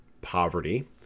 poverty